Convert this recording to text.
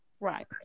right